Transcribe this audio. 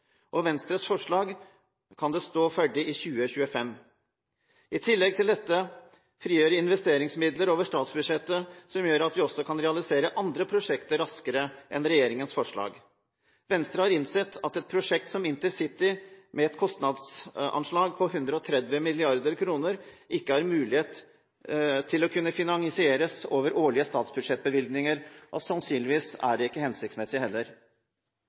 Med Venstres forslag kan det stå ferdig i 2025. I tillegg vil dette frigjøre investeringsmidler over statsbudsjettet som gjør at vi også kan realisere andre prosjekter raskere enn med regjeringens forslag. Venstre har innsett at et prosjekt som InterCity, med et kostnadsanslag på 130 mrd. kr, ikke har mulighet til å kunne finansieres over de årlige bevilgninger i statsbudsjettet. Sannsynligvis er det ikke hensiktsmessig heller.